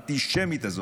האנטישמית הזאת,